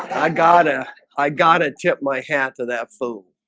i gotta i gotta tip my hat to that fool